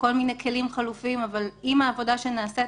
בכל מיני כלים חלופיים אבל עם העבודה שנעשית,